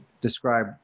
describe